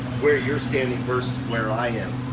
where you're standing versus where i am.